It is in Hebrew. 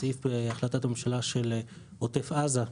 סעיף החלטת ממשלה של עוטף עזה,